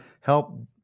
help